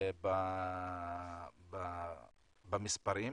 במספרים.